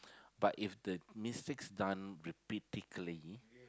but if the mistakes done repeatedly